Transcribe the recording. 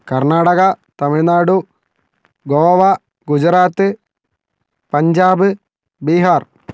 Karnataka Tamil Nadu Goa Gujarat Punjab Bihar